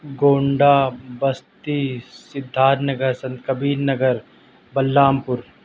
Gonda Basti Siddharth Nagar Sant Kabir Nagar Balrampur